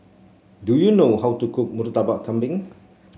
do you know how to cook Murtabak Kambing